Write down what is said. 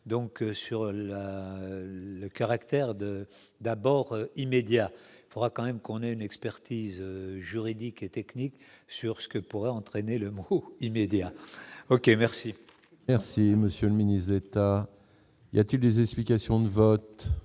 donc sur la le caractère de d'abord immédiat, il faudra quand même qu'on a une expertise juridique et technique sur ce que pourrait entraîner le mot immédiat ok, merci. Merci monsieur le ministre d'État, il y a-t-il des explications de vote,